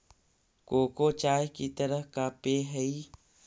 cocoa चाय की तरह का पेय हई